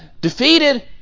defeated